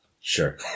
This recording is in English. Sure